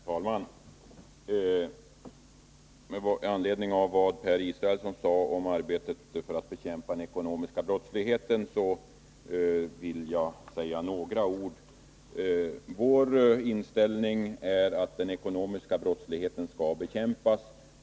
Herr talman! Med anledning av vad Per Israelsson sade om arbetet för att bekämpa den ekonomiska brottsligheten vill jag säga några ord. Vår inställning är att den ekonomiska brottsligheten skall bekämpas.